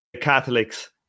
Catholics